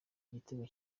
igitego